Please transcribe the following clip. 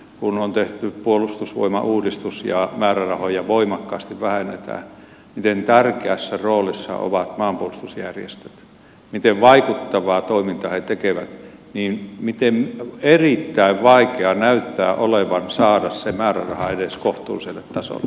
kun on tehty puolustusvoimauudistus ja määrärahoja voimakkaasti vähennetään miten tärkeässä roolissa ovat maanpuolustusjärjestöt miten vaikuttavaa toimintaa he tekevät mutta miten erittäin vaikeaa näyttää olevan saada se määräraha edes kohtuulliselle tasolle